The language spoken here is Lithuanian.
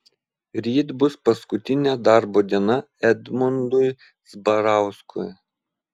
ryt bus paskutinė darbo diena edmundui zbarauskui